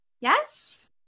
Yes